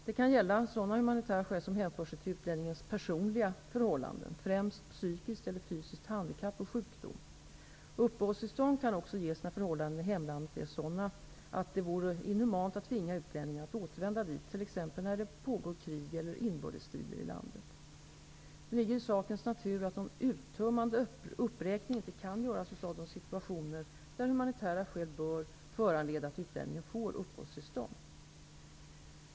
Det kan gälla sådana humanitära skäl som hänför sig till utlänningens personliga förhållanden, främst psykiskt eller fysiskt handikapp eller sjukdom. Uppehållstillstånd kan också ges när förhållandena i hemlandet är sådana att det vore inhumant att tvinga utlänningen att återvända dit, t.ex. när det pågår krig eller inbördesstrider i landet. Det ligger i sakens natur att någon uttömmande uppräkning inte kan göras av de situationer där humanitära skäl bör föranleda att utlänningen får uppehållstillstånd.